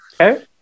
okay